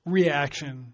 Reaction